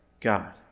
God